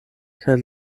kaj